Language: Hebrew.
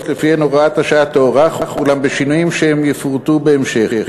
ולפיהן תוקף הוראת השעה יוארך אולם בשינויים שיפורטו בהמשך.